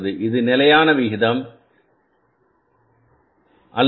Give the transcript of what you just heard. இது நிலையான விகிதம் நிலையான வீதத்தை எவ்வாறு கணக்கிடுவது